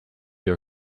your